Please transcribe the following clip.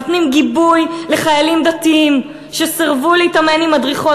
נותנים גיבוי לחיילים דתיים שסירבו להתאמן עם מדריכות.